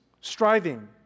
striving